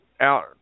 out